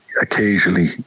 occasionally